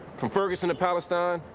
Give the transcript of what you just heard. from ferguson to palestine,